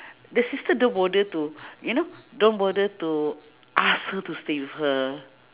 the sister don't bother to you know don't bother to ask her to stay with her